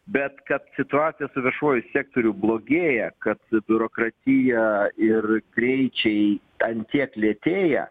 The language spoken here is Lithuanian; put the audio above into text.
bet kad situacija su viešuoju sektoriu blogėja kad biurokratija ir greičiai an tiek lėtėja